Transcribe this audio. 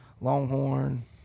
Longhorn